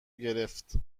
گرفت